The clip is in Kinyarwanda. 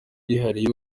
yihariye